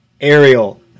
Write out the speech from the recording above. Ariel